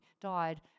died